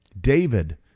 David